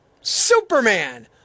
Superman